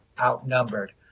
outnumbered